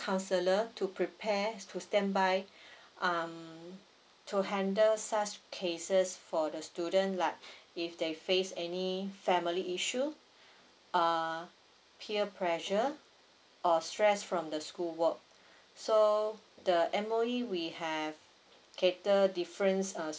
counsellor to prepare to standby um to handle such cases for the student like if they face any family issue uh peer pressure or stress from the school work so the M_O_E will have cater difference uh